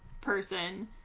person